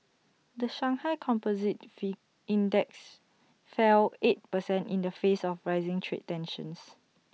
the Shanghai composite fee index fell eight percent in the face of rising trade tensions